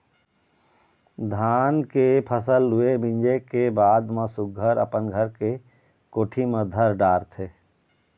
धान के फसल लूए, मिंजे के बाद म सुग्घर अपन घर के कोठी म धर डारथे